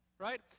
Right